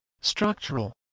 structural